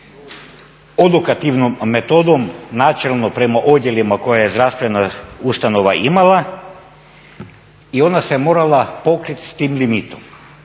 odokativnom metodom načelno prema odjelima koje je zdravstvena ustanova imala i ona se morala pokrit s tim limitom.